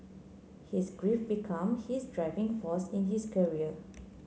his grief become his driving force in his career